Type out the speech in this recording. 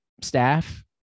staff